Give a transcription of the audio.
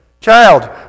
Child